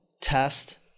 test